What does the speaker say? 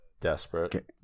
desperate